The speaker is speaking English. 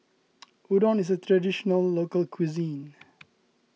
Udon is a Traditional Local Cuisine